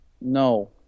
No